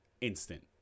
instant